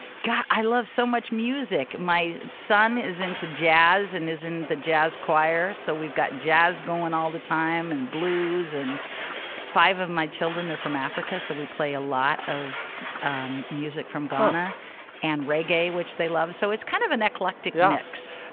god. i love so much music. my son is into jazz and is in the jazz choir. so we've got jazz going all the time and blues. and five of my children are from africa. so we play a lot of um music from ghana and reggae, which they love so it's kind of an eclectic mix